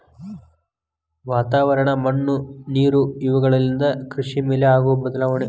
ವಾತಾವರಣ, ಮಣ್ಣು ನೇರು ಇವೆಲ್ಲವುಗಳಿಂದ ಕೃಷಿ ಮೇಲೆ ಆಗು ಬದಲಾವಣೆ